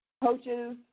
Coaches